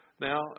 Now